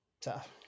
tough